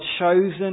chosen